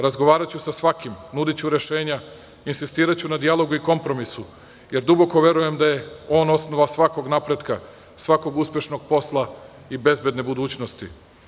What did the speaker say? Razgovaraću sa svakim, nudiću rešenja, insistiraću na dijalogu i kompromisu, jer duboko verujem da je on osnova svakog napretka, svakog uspešnog posla i bezbedne budućnosti.